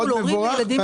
מאוד מבורך.